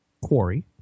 Quarry